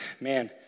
Man